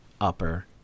upper